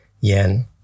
yen